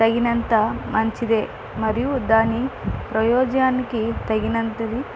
తగినంత మంచిదే మరియు దాని ప్రయోజనానికి తగినంతది